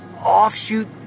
offshoot